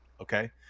Okay